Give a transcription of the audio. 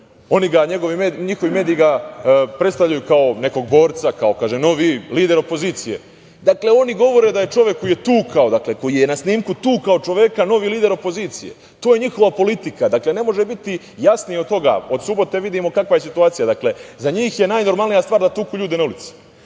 Njihovi mediji ga predstavljaju kao nekog borca, kaže, novi lider opozicije. Dakle, oni govore da je čovek koji je tukao, koji je na snimku tukao čoveka novi lider opozicije. To je njihova politika. Ne može biti jasnije od toga. od subote vidimo kakva je situacija. Za njih je najnormalnija stvar da tuku ljude na ulici.